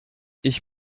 ich